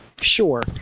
Sure